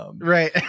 Right